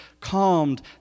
calmed